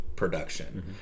production